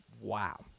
Wow